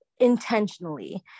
intentionally